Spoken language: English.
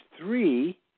three